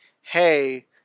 hey